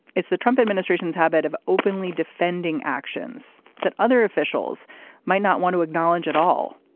it's the trump administration's habit of openly defending actions that other officials might not want to acknowledge at all.